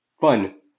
fun